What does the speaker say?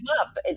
up